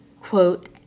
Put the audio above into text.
quote